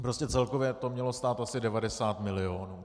Prostě celkově to mělo stát asi 90 milionů.